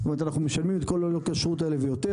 אנחנו משלמים את כל עלות הכשרות ויותר,